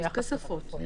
זה כספות.